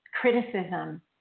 criticism